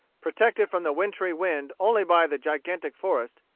protected from the wintry wind only by the gigantic forest,